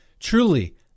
Truly